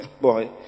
Boy